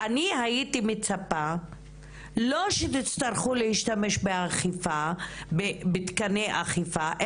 אני הייתי מצפה שלא תצטרכו להשתמש בתקני האכיפה,